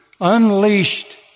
unleashed